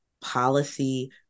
policy